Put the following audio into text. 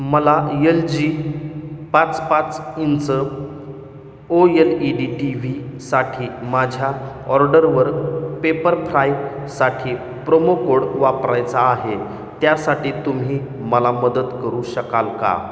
मला यलजी पाच पाच इंच ओयलईडी टीव्हीसाठी माझ्या ऑर्डरवर पेपरफ्रायसाठी प्रोमो कोड वापरायचा आहे त्यासाठी तुम्ही मला मदत करू शकाल का